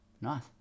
nice